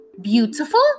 beautiful